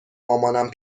مامانم